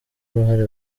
uruhare